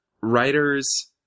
writers